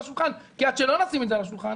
השולחן כי עד שלא נשים את זה על השולחן,